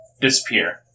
disappear